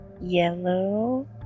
Yellow